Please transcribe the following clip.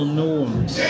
norms